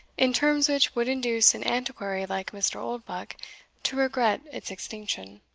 in terms which would induce an antiquary like mr. oldbuck to regret its extinction.